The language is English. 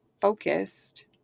focused